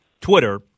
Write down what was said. Twitter